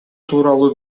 тууралуу